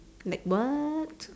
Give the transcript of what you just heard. like what